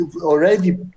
Already